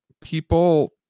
people